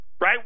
Right